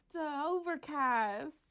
Overcast